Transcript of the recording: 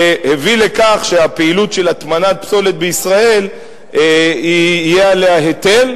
שהביא לכך שהפעילות של הטמנת פסולת בישראל יהיה עליה היטל,